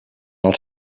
els